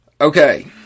Okay